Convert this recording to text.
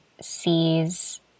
sees